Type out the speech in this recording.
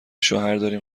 شوهرداریم